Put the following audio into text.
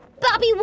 Bobby